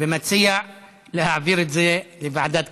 ואציע להעביר את זה לוועדת הכלכלה,